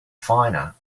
finer